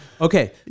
okay